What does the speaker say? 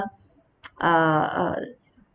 err